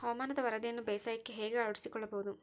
ಹವಾಮಾನದ ವರದಿಯನ್ನು ಬೇಸಾಯಕ್ಕೆ ಹೇಗೆ ಅಳವಡಿಸಿಕೊಳ್ಳಬಹುದು?